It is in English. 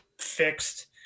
fixed